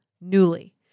newly